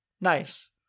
nice